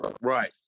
Right